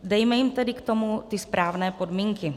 Dejme jim tedy k tomu ty správné podmínky.